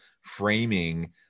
framing